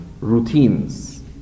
routines